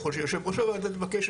ככל שיו"ר הוועדה יבקש,